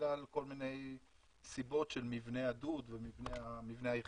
בגלל כל מיני סיבות של מבנה הדוד ומבנה היחידה,